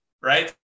right